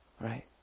right